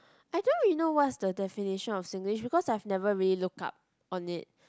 I don't really know what's the definition of Singlish because I've never really looked up on it